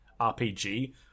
RPG